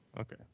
Okay